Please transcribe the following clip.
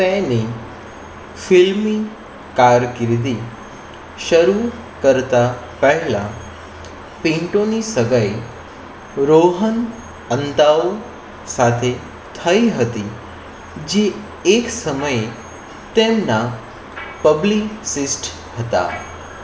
તેની ફિલ્મી કારકિર્દી શરૂ કરતા પહેલા પિન્ટુની સગાઈ રોહન અંદાઉ સાથે થઈ હતી જે એક સમએ તેમના પબ્લિસિસ્ટ હતા